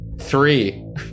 Three